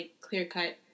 Clear-cut